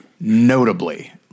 notably